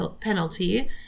penalty